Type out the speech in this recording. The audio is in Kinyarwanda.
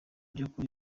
by’ukuri